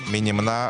מי נמנע?